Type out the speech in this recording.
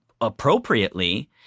appropriately